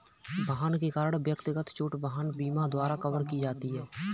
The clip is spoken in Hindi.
वाहन के कारण व्यक्तिगत चोट वाहन बीमा द्वारा कवर की जाती है